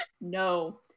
no